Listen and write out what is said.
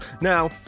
now